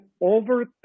over